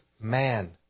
man